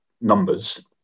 numbers